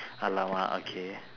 !alamak! okay